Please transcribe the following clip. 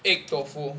egg tofu